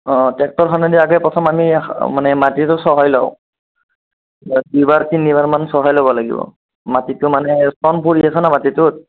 অঁ ট্ৰেক্টৰখনেদি আগে প্ৰথম আমি মানে মাটিটো চহাই লওঁ ইয়াত দুবাৰ তিনিবাৰ মান চহাই ল'ব লাগিব মাটিটো মানে চন পৰি আছে ন মাটিটোত